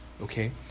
okay